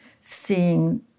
seeing